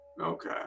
Okay